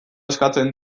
eskatzen